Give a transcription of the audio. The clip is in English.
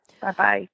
Bye-bye